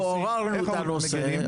אנחנו עוררנו את הנושא.